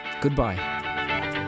goodbye